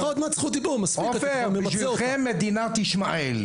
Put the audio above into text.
עופר, בשבילכם מדינת ישמעאל.